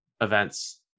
events